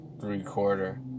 three-quarter